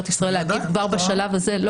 ישראל להגיב כבר בשלב הזה -- בוודאי.